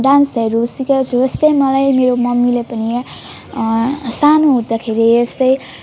डान्सहरू सिकेको छु यस्तै मलाई मेरो मम्मीले पनि सानो हुँदाखेरि यस्तै